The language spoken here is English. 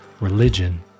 religion